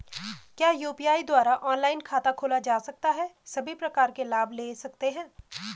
क्या यु.पी.आई द्वारा ऑनलाइन खाता खोला जा सकता है सभी प्रकार के लाभ ले सकते हैं?